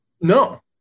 No